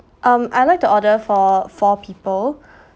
um I like to order for four people